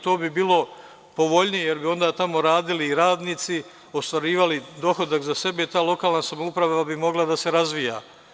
To bi bilo povoljnije, jer bi onda tamo radili radnici, ostvarivali dohodak za sebe i ta lokalna samouprava bi mogla da se razvija.